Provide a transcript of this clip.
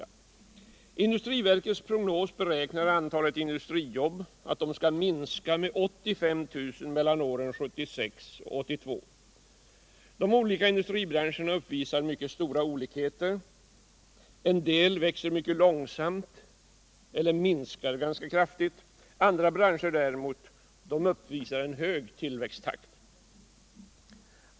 I industriverkets prognos beräknas att antalet industrijobb skall minska med 85 000 mellan åren 1976 och 1982. De skilda industribranscherna uppvisar mycket stora olikheter. En del växer mycket långsamt eller minskar ganska kraftigt. Andra branscher däremot uppvisar en hög tillväxttakt.